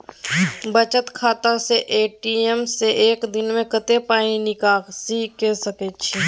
बचत खाता स ए.टी.एम से एक दिन में कत्ते पाई निकासी के सके छि?